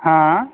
હાં